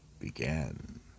began